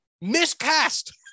miscast